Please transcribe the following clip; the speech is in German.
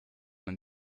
man